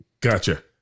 Gotcha